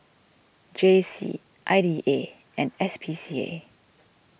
J C I D A and S P C A